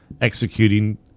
executing